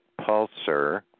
pulsar